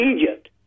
Egypt